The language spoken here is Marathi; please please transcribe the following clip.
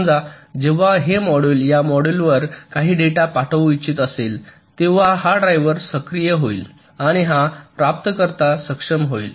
समजा जेव्हा हे मॉड्यूल या मॉड्यूलवर काही डेटा पाठवू इच्छित असेल तेव्हा हा ड्रायव्हर सक्रिय होईल आणि हा प्राप्तकर्ता सक्षम होईल